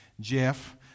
Jeff